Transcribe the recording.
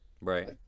Right